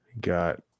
got